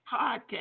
podcast